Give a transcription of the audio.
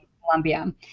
Colombia